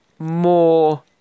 more